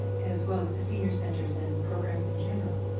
as well as the senior centers and programs in general.